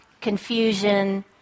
confusion